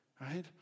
right